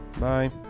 bye